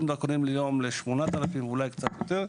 דרכונים ביום לכ-8,000 ואולי קצת יותר.